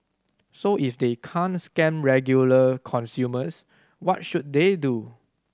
so if they can't scam regular consumers what should they do